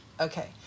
Okay